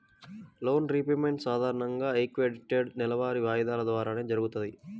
loan repayment సాధారణంగా equated నెలవారీ వాయిదాల ద్వారానే జరుగుతది